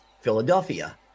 Philadelphia